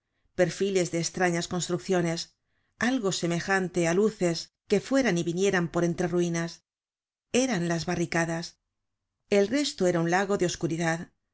perfiles de estrañas construcciones algo semejante á luces que fueran y vinieran por entre ruinas eran las barricadas el resto era un lago de oscuridad